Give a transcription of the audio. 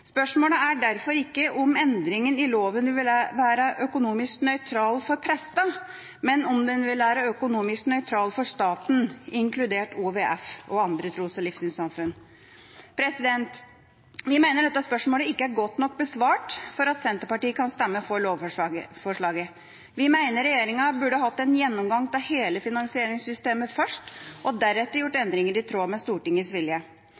Spørsmålet er derfor ikke om endringen i loven vil være økonomisk nøytral for prestene, men om den vil være økonomisk nøytral for staten, inkludert OVF og andre tros- og livssynssamfunn. Vi mener at dette spørsmålet ikke er godt nok besvart til at Senterpartiet kan stemme for lovforslaget. Vi mener regjeringa burde ha hatt en gjennomgang av hele finansieringssystemet først, og deretter gjort endringer i tråd med Stortingets vilje.